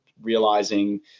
realizing